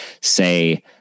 say